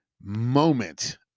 moment